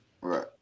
Right